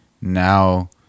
now